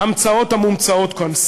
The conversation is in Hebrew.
ההמצאות המומצאות כאן.